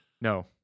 No